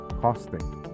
costing